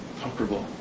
comfortable